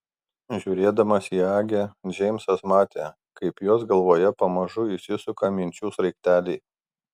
žiūrėdamas į agę džeimsas matė kaip jos galvoje pamažu įsisuka minčių sraigteliai